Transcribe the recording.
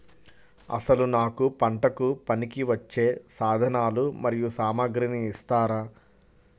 అసలు నాకు పంటకు పనికివచ్చే సాధనాలు మరియు సామగ్రిని ఇస్తారా?